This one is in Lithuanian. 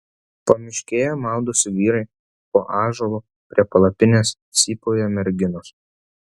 pamiškėje maudosi vyrai po ąžuolu prie palapinės cypauja merginos